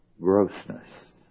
grossness